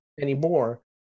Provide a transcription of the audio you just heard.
anymore